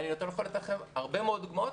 אני יכול לתת לכם הרבה מאוד דוגמאות,